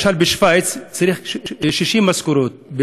למשל: בשווייץ צריך 60 משכורות,